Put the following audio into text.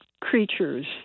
creatures